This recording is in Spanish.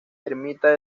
ermita